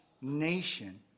nation